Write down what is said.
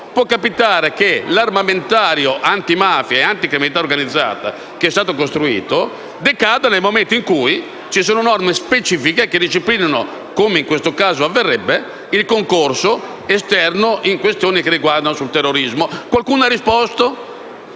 può capitare che l'armamentario antimafia e anticriminalità organizzata costruito decada nel momento in cui norme specifiche disciplinano - come in questo caso avverrebbe - il concorso esterno in questioni che riguardano il terrorismo. Qualcuno ha risposto?